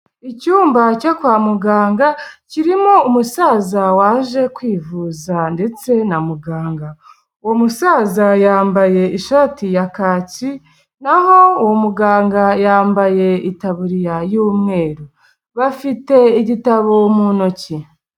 Icyumba cyo kwa muganga kirimo umusaza waje kwivuza ndetse na muganga, uwo musaza yambaye ishati ya kaki, naho uwo muganga yambaye itaburiya y'umweru, bafite igitabo mu ntoki.